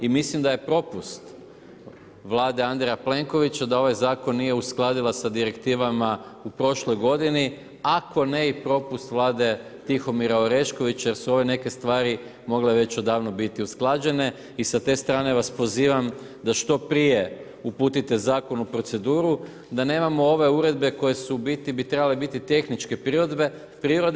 I mislim da je propust Vlade Andreja Plenkovića da ovaj zakon nije uskladila sa direktivama u prošloj godini, ako ne i propust Vlade Tihomira Oreškovića, jer su ove neke stvari mogle već odavno biti usklađene i sa te strane vas pozivam da što prije uputite zakon u proceduru, da nemamo ove uredbe koje su u biti, koje bi u biti trebale biti tehničke prirode.